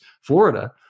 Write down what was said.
Florida